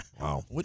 Wow